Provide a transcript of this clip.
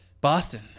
Boston